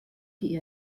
die